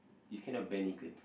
you cannot bare naked